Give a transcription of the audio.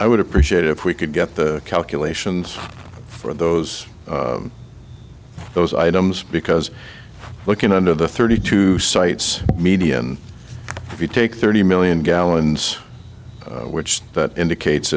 i would appreciate if we could get the calculations for those those items because looking under the thirty two sites media and if you take thirty million gallons which that indicates